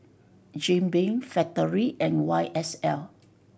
Jim Beam Factorie and Y S L